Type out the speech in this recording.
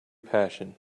passion